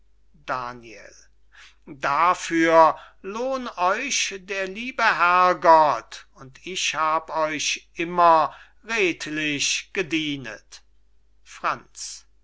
daniel dafür lohn euch der liebe herr gott und ich hab euch immer redlich gedienet franz